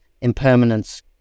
impermanence